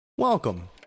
Welcome